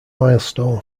milestone